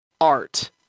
art